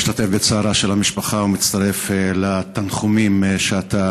משתתף בצערה של המשפחה ומצטרף לתנחומים שאתה